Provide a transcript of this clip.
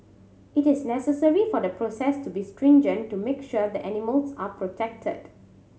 it is necessary for the process to be stringent to make sure that animals are protected